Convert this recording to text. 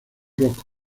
rock